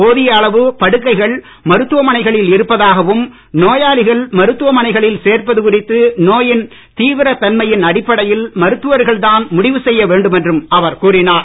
போதிய அளவு படுக்கைகள் மருத்துவமனைகளில் இருப்பதாகவும் நோயாளிகள் மருத்துவமனைகளில் சேர்ப்பது குறித்து நோயின் தீவிர தன்மையின் அடிப்படையில் மருத்துவர்கள் தான் முடிவு செய்ய வேண்டும் என்றும் அவர் கூறினார்